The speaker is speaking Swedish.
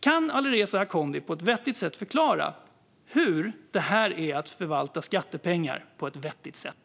Kan Alireza Akhondi på ett vettigt sätt förklara hur det här är att förvalta skattepengar på ett vettigt sätt?